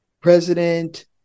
President